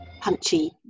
punchy